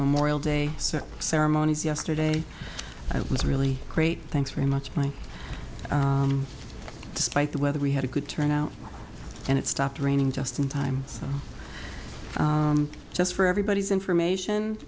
memorial day ceremonies yesterday i was really great thanks very much mike despite the weather we had a good turnout and it stopped raining just in time just for everybody's information